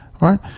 right